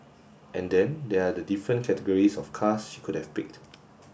and then there are the different categories of cars she could have picked